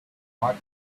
art